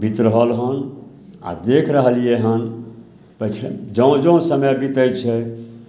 बीति रहल हँ आओर देखि रहलिए हँ पछि जँ जँ समय बितै छै